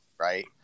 right